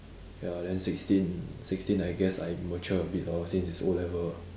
ya then sixteen sixteen I guess I mature a bit lor since it's o-level